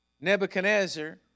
Nebuchadnezzar